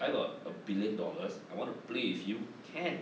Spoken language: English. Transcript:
I got a billion dollars I want to play with you can